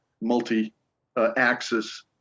multi-axis